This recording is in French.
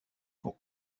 pour